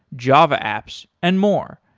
java apps and more.